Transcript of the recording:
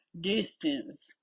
distance